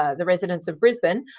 ah the residents of brisbane.